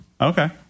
Okay